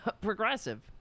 progressive